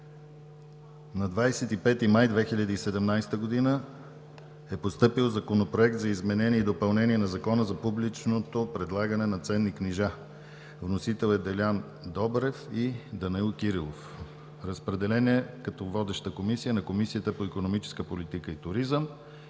На 25 май 2017 г. е постъпил Законопроект за изменение и допълнение на Закона за публичното предлагане на ценни книжа. Вносители са Делян Добрев и Данаил Кирилов. Водеща е Комисията по икономическа политика и туризъм.